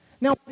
Now